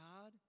God